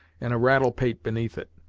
and a rattle pate beneath it!